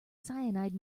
cyanide